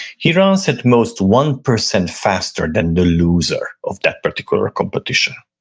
he runs at most one percent faster than the loser of that particular competition.